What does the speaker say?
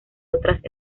otras